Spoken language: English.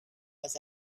was